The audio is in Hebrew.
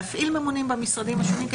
להפעיל ממונים במשרדים השונים,